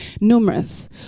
numerous